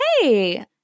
hey